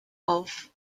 auf